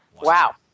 Wow